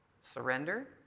surrender